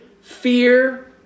fear